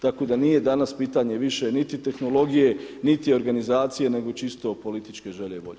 Tako da nije danas pitanje više niti tehnologije, niti organizacije nego čisto političke želje i volje.